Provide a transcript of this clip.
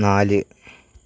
നാല്